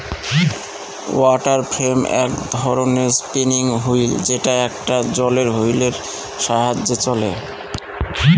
water frame এক ধরনের spinning wheel যেটা একটা জলের হুইলের সাহায্যে চলে